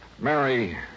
Mary